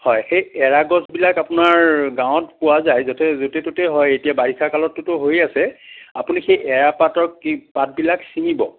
হয় সেই এৰা গছবিলাক আপোনাৰ গাঁৱত পোৱা যায় য'তে য'তে ত'তে হয় এতিয়া বাৰিষা কালতটোতো হৈ আছে আপুনি সেই এৰাপাতৰ পাতবিলাক ছিঙিব